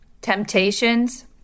temptations